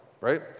right